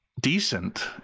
Decent